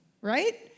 right